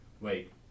wait